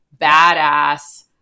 badass